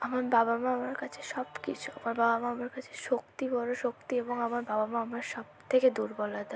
আমার বাবা মা আমার কাছে সবকিছু আমার বাবা মা আমার কাছে শক্তি বড় শক্তি এবং আমার বাবা মা আমার সবথেকে দুর্বলতা